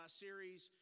series